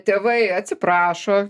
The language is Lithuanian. tėvai atsiprašo